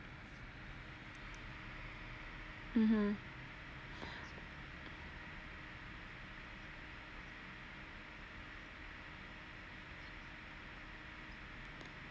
mmhmm